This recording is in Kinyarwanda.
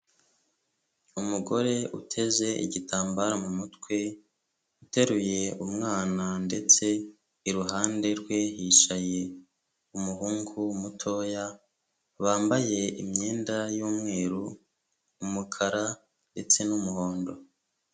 Umugore uteze igitambaro mu mutwe, uteruye umwana ndetse iruhande rwe hicaye umuhungu mutoya, wambaye imyenda y'umweru, umukara ndetse n'umuhondo.